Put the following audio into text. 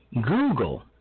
google